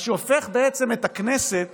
מה שהופך בעצם את הכנסת